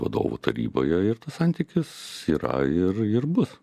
vadovų taryboje ir tas santykis yra ir ir bus